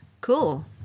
Cool